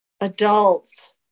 adults